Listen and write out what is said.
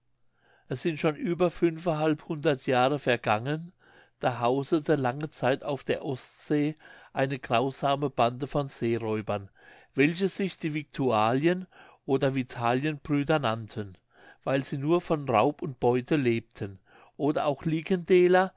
es sind schon über fünftehalb hundert jahre vergangen da hausete lange zeit auf der ostsee eine grausame bande von seeräubern welche sich die victualien oder vitalienbrüder nannten weil sie nur von raub und beute lebten oder auch